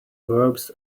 verbs